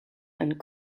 and